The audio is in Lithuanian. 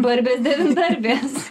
barbės devyndarbės